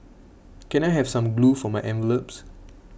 can I have some glue for my envelopes